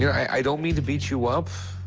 yeah i don't mean to beat you up,